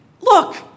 look